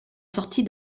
sorties